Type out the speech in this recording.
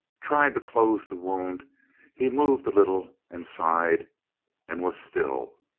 tried to close the wound he moved a little and sighed and was still.